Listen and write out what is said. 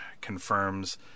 confirms